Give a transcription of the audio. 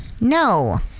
No